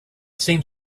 seemed